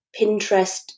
Pinterest